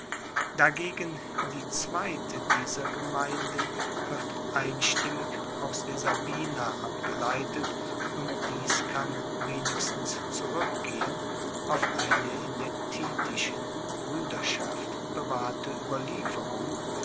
dagegen die zweite dieser gemeinden wird einstimmig aus der sabina abgeleitet und dies kann wenigstens zurueckgehen auf eine in der titischen bruederschaft bewahrte ueberlieferung